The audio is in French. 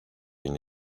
une